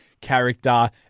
character